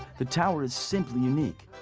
the tower is simply unique,